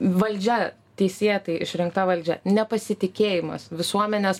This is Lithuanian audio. valdžia teisėtai išrinkta valdžia nepasitikėjimas visuomenės